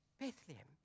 Bethlehem